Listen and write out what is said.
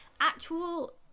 actual